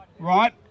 right